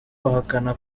bahakana